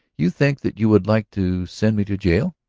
you think that you would like to send me to jail?